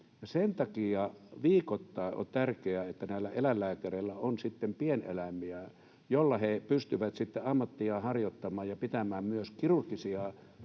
sen takia viikoittain on tärkeää, että näillä eläinlääkäreillä on pieneläimiä, joilla he pystyvät sitten ammattiaan harjoittamaan ja pitämään myös kirurgisia